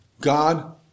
God